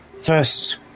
first